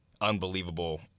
unbelievable